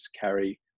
carry